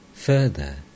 Further